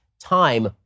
time